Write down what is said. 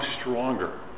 stronger